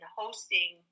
hosting